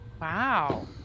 Wow